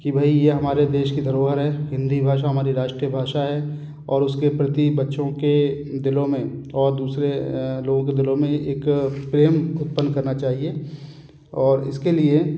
कि भाई यह हमारे देश की धरोहर है हिन्दी भाषा हमारी राष्ट्रीय भाषा है और उसके प्रति बच्चों के दिलों में और दूसरे लोगों के दिलों में एक प्रेम उत्पन्न करना चाहिए और इसके लिए